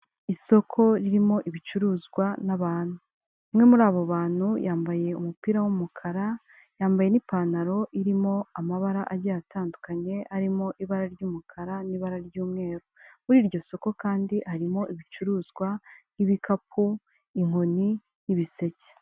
Isoko ririmo ibicuruzwa n'abantu, umwe muri abo bantu yambaye umupira w'umukara yambaye n'ipantaro irimo amabara agiye atandukanye arimo ibara ry'umukara, n'ibara ry'umweru, muri iryo soko kandi harimo ibicuruzwa nk'ibikapu, inkoni, ibiseke.